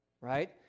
Right